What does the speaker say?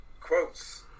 quotes